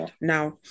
Now